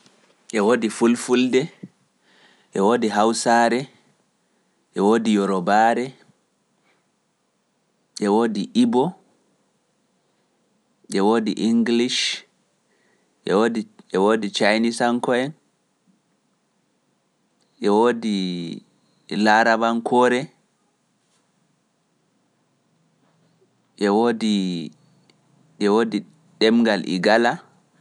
e woodi Fulfulde, e woodi Hawsaare, e woodi Yorobaare, e woodi Ibo, e woodi Engleish, e woodi cayniisaŋkoo'en, e woodi Larabankoore, e woodi ɗemngal iGala.